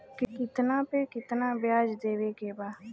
कितना पे कितना व्याज देवे के बा?